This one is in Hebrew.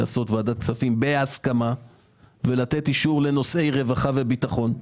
לעשות ישיבה של ועדת הכספים בהסכמה ולתת אישור לנושאי רווחה וביטחון.